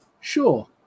Sure